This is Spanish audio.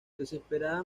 desesperada